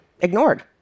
ignored